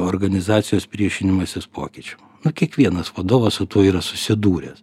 organizacijos priešinimasis pokyčiam nu kiekvienas vadovas su tuo yra susidūręs